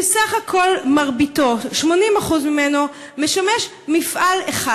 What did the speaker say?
כשבסך הכול מרביתו, 80% ממנו, משמשת מפעל אחד?